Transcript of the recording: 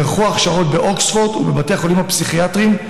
נערכו הכשרות באוקספורד ובבתי החולים הפסיכיאטריים,